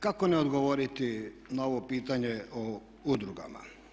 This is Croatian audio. Kako ne odgovoriti na ovo pitanje o udrugama.